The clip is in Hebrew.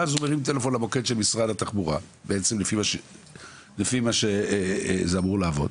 ואז הוא מרים טלפון למוקד של משרד התחבורה בעצם לפי מה שזה אמור לעבוד,